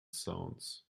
sounds